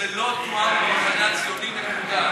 שמו את, סליחה, סליחה, סליחה.